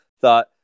thought